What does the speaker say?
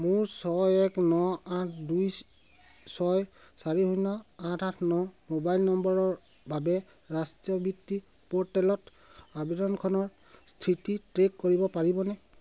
মোৰ ছয় এক ন আঠ দুই ছয় চাৰি শূন্য আঠ আঠ ন মোবাইল নম্বৰৰ বাবে ৰাষ্ট্ৰীয় বৃত্তি প'ৰ্টেলত আবেদনখনৰ স্থিতি ট্ৰে'ক কৰিব পাৰিবনে